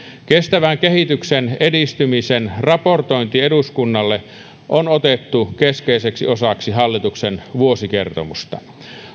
kestävän kehityksen edistymisen raportointi eduskunnalle on otettu keskeiseksi osaksi hallituksen vuosikertomusta